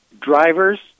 Drivers